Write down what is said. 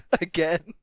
again